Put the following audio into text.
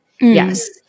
yes